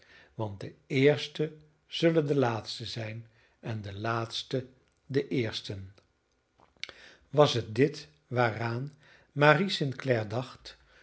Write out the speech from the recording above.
want de eersten zullen de laatsten zijn en de laatsten de eersten was het dit waaraan marie st clare dacht